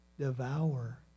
devour